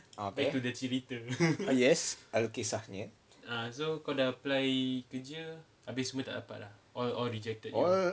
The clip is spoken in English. ah yes ada kisahnya all